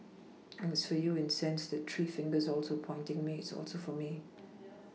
and it's for you in sense that three fingers also pointing me it's also for me